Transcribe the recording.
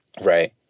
Right